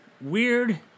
Weird